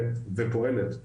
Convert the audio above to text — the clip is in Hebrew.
ופועלת,